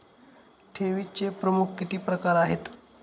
ठेवीचे प्रमुख किती प्रकार आहेत?